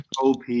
OP